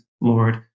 Lord